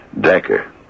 Decker